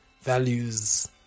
values